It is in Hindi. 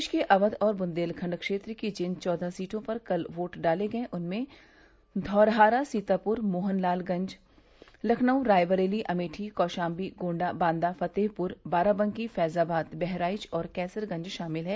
प्रदेश के अवध और बुन्देखण्ड क्षेत्र की जिन चौदह सीटों पर कल वोट डाले गये उनमें धौरहारा सीतापूर मोहनलालगंज लखनऊ रायबरेली अमेठी कौशाम्बी गोण्डा बांदा फतेहपूर बाराबंकी फैजाबाद बहराइच और कैसरगंज शामिल हैं